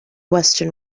western